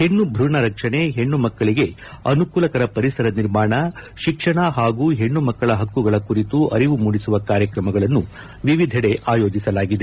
ಹೆಣ್ಣು ಭ್ರೂಣ ರಕ್ಷಣೆ ಹೆಣ್ಣು ಮಕ್ಕಳಿಗೆ ಅನುಕೂಲಕರ ಪರಿಸರ ನಿರ್ಮಾಣ ಶಿಕ್ಷಣ ಹಾಗೂ ಹೆಣ್ಣು ಮಕ್ಕಳ ಪಕ್ಕುಗಳ ಕುರಿತು ಅರಿವು ಮೂಡಿಸುವ ಕಾರ್ಯಕ್ರಮಗಳನ್ನು ವಿವಿದೆಡೆ ಆಯೋಜಿಸಲಾಗಿದೆ